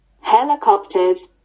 Helicopters